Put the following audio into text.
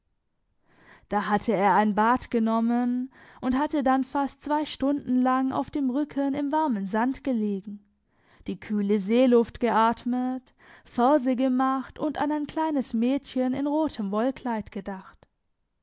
da hatte er ein bad genommen und hatte dann fast zwei stunden lang auf dem rücken im warmen sand gelegen die kühle seeluft geatmet verse gemacht und an ein kleines mädchen in rotem wollkleid gedacht